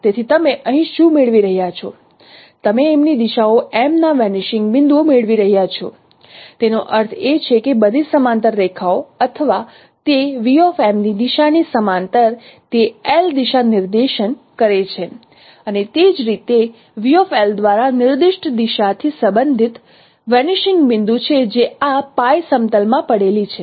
તેથી તમે અહીં શું મેળવી રહ્યાં છો તમે એમની દિશાઓ M ના વેનીશિંગ બિંદુઓ મેળવી રહ્યાં છો તેનો અર્થ એ છે કે બધી સમાંતર રેખાઓ અથવા તે દિશાની સમાંતર તે L દિશા નિર્દેશન કરે છે અને તે જ રીતે દ્વારા નિર્દિષ્ટ દિશાથી સંબંધિત વેનીશિંગ બિંદુ છે જે આ સમતલ માં પડેલી છે